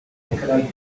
teka